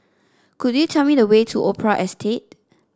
could you tell me the way to Opera Estate